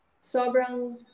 sobrang